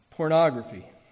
Pornography